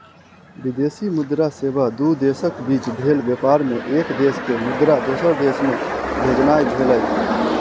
विदेशी मुद्रा सेवा दू देशक बीच भेल व्यापार मे एक देश के मुद्रा दोसर देश मे भेजनाइ भेलै